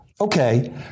okay